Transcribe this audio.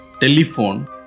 telephone